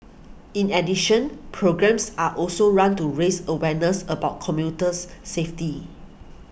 in addition programmes are also run to raise awareness about commuters safety